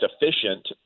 efficient